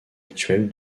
actuelle